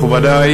מכובדי,